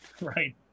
right